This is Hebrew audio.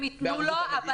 הם יתנו לו,